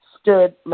stood